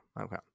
Okay